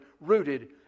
rooted